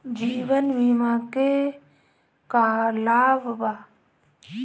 जीवन बीमा के का लाभ बा?